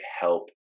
help